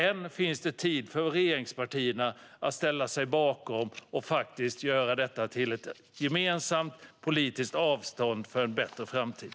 Än finns det tid för regeringspartierna att ställa sig bakom dem och göra detta till ett gemensamt politiskt avstamp för en bättre framtid.